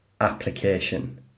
application